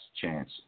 chance